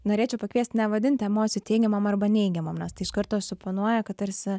norėčiau pakviesti nevadinti emocijų teigiamom arba neigiamom nes tai iš karto suponuoja kad tarsi